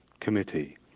Committee